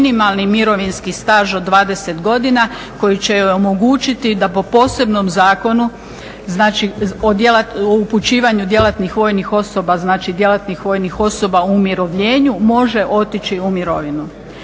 minimalni mirovinski staž od 20 godina koji će joj omogućiti da po posebnom zakonu, znači o upućivanju djelatnih vojnih osoba u umirovljenju može otići u mirovinu.